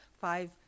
five